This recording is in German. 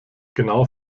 genau